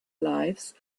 lives